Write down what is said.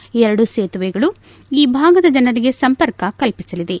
ಈ ಎರಡು ಸೇತುವೆಗಳು ಈ ಭಾಗದ ಜನರಿಗೆ ಸಂಪರ್ಕ ಕಲ್ಪಿಸಲಿದೆ